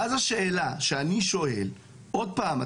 ואז השאלה שאני שואל עוד פעם,